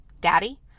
Daddy